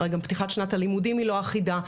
הרי גם פתיחת שנת הלימודים היא לא אחידה.